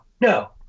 no